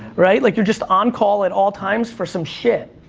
right, like, you're just on-call at all times for some shit.